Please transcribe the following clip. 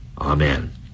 Amen